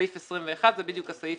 סעיף 21 זה בדיוק הסעיף